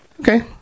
Okay